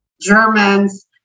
Germans